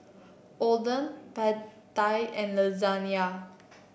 Oden Pad Thai and Lasagna